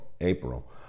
April